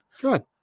Good